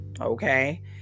Okay